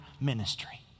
ministry